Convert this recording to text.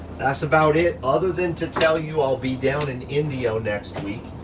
that's about it, other than to tell you i'll be down in indio next week.